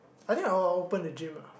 I think I will open a gym ah